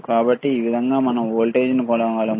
కాబట్టి ఈ విధంగా మనం వోల్టేజ్ను కొలవగలము